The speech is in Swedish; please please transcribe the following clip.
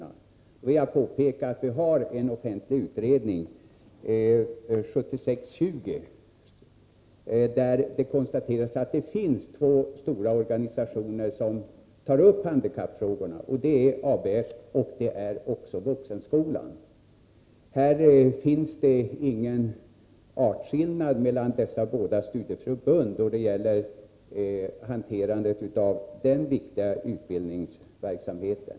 Jag vill påpeka att det i en offentlig utredning, 1976:20, konstaterats att det finns två stora organisationer som tar upp handikappfrågorna, nämligen ABF och Vuxenskolan. Det finns ingen artskillnad mellan dessa båda studieförbund när det gäller hanteringen av den viktiga utbildningsverksamheten.